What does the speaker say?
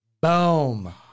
Boom